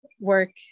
Work